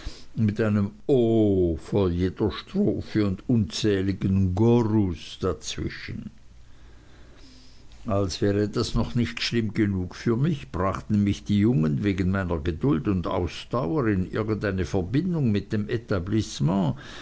mit einem o vor jeder strophe und unzähligen gorus dazwischen als wäre das noch nicht schlimm genug für mich brachten mich die jungen wegen meiner geduld und ausdauer in irgendeine verbindung mit dem etablissement